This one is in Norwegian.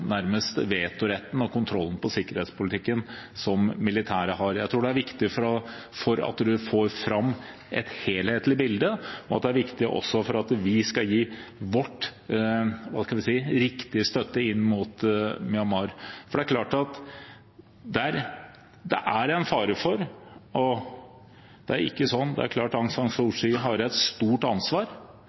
kontrollen på sikkerhetspolitikken som militære har. Jeg tror det er viktig for å få fram et helhetlig bilde, og at det er viktig for at vi skal gi vår – skal vi si – riktige støtte inn mot Myanmar. Det er klart at Aung San Suu Kyi har et stort ansvar, ikke som president, men som «State Councellor», men samtidig må man også passe på at det ikke tillegges urettmessig ansvar